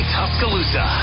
Tuscaloosa